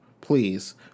Please